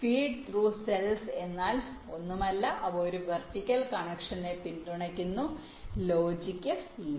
feed through cells എന്നാൽ ഒന്നുമല്ല അവ ഒരു വെർട്ടിക്കൽ കണക്ഷനെ പിന്തുണയ്ക്കുന്നുലോജിക് ഇല്ല